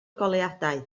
goleuadau